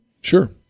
sure